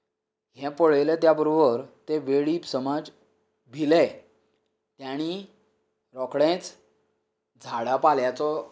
हे पळयले त्या बरोबर ते वेळीप समाज भिलें तांणी रोखडेच झाडापाल्याचो